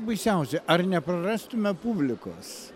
baisiausia ar neprarastume publikos